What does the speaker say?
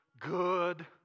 Good